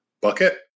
bucket